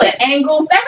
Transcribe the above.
angles